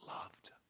loved